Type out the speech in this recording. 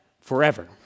forever